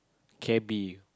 cabby